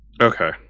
Okay